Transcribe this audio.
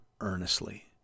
earnestly